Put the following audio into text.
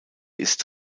ist